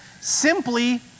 simply